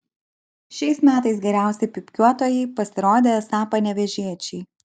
šiais metais geriausi pypkiuotojai pasirodė esą panevėžiečiai